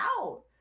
out